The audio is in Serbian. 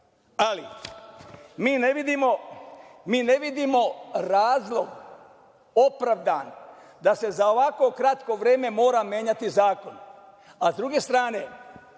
Ali, mi ne vidimo razlog opravdan da se za ovakvo kratko vreme mora menjati zakon, a sa druge strane